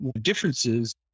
differences